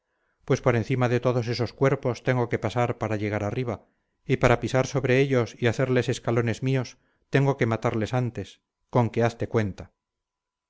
pues por encima de todos esos cuerpos tengo que pasar para llegar arriba y para pisar sobre ellos y hacerles escalones míos tengo que matarles antes con que hazte cuenta